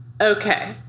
Okay